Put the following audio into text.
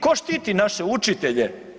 Ko štiti naše učitelje?